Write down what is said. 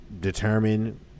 determine